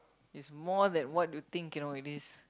is more than what you think you know it is